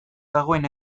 dagoen